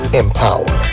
empower